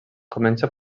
comença